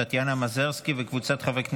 טטיאנה מזרסקי וקבוצת חברי הכנסת,